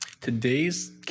today's